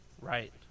right